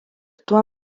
tuo